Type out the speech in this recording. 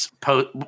post